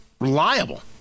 reliable